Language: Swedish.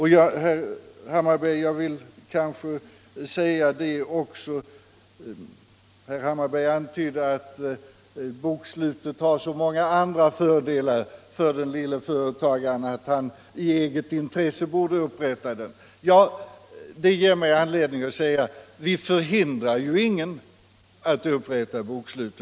Herr Hammarberg antydde att bokslutet har så många andra fördelar för den lille företagaren att han i sitt eget intresse borde upprätta ett sådant. Det ger mig anledning säga att vi ju inte hindrar någon som vill upprätta bokslut.